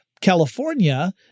California